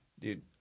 dude